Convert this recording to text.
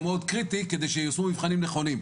מאוד קריטי כדי שייושמו מבחנים נכונים,